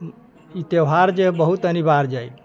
ई त्यौहार जेहै बहुत अनिवार्य है